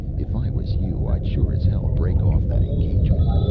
if i was you, i'd sure as hell break off that engagement.